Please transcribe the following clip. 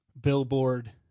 billboard